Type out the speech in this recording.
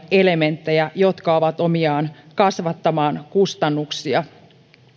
elementtejä jotka ovat omiaan kasvattamaan kustannuksia